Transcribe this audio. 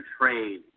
trade